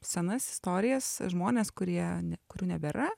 senas istorijas žmones kurie kurių nebėra